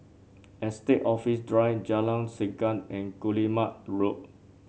Estate Office Drive Jalan Segam and Guillemard Road